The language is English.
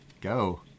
go